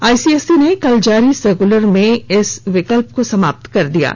ICSE ने कल जारी सर्कुलर में इस विकल्प को समाप्त कर दिया है